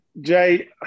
Jay